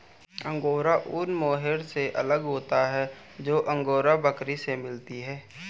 angora ऊन mohair से अलग होता है जो अंगोरा बकरी से मिलता है